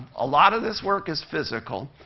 a lot of this work is physical.